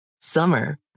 Summer